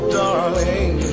darling